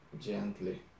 gently